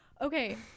Okay